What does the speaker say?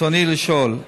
רצוני לשאול: